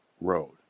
road